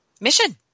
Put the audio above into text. mission